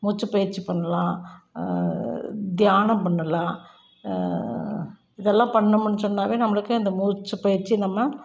மூச்சுப்பயிற்சி பண்ணலான் தியானம் பண்ணலாம் இதெல்லாம் பண்ணமுன்னு சொன்னாவே நம்மளுக்கு அந்த மூச்சுப்பயிற்சி நம்ம